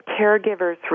caregivers